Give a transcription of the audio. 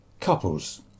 Couples